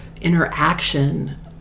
interaction